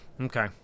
Okay